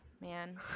man